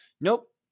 Nope